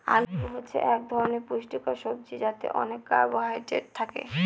আলু হচ্ছে এক ধরনের পুষ্টিকর সবজি যাতে অনেক কার্বহাইড্রেট থাকে